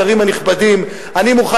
הצבעת נגד